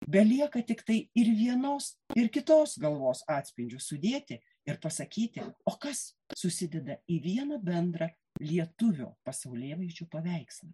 belieka tiktai ir vienos ir kitos galvos atspindžius sudėti ir pasakyti o kas susideda į vieną bendrą lietuvio pasaulėvaizdžių paveikslą